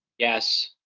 yes.